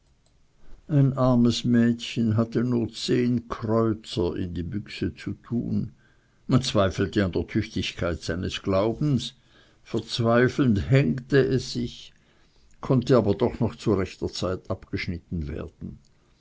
ein armes mädchen hatte nur zehn kreuzer in die büchse zu tun man zweifelte an der tüchtigkeit seines glaubens verzweifelnd hängte es sich konnte aber doch noch zu rechter zeit abgeschnitten werden